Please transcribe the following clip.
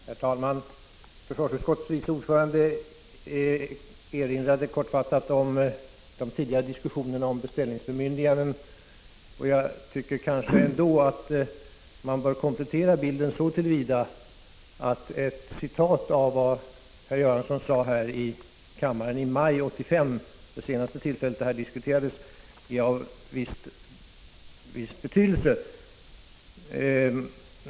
Herr talman! Försvarsutskottets vice ordförande erinrade kortfattat om de tidigare diskussionerna om beställningsbemyndiganden, och jag tycker att man bör komplettera bilden så till vida att man återger vad herr Göransson sade här i kammaren i maj 1985, då frågan senast diskuterades. Uttalandet är av viss betydelse.